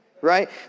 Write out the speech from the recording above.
right